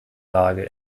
lage